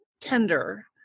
tender